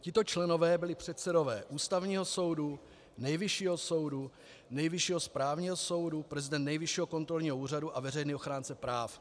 Tito členové byli předsedové Ústavního soudu, Nejvyššího soudu, Nejvyššího správního soudu, prezident Nejvyššího kontrolního úřadu a veřejný ochránce práv.